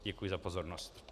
Děkuji za pozornost.